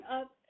up